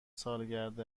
سالگرد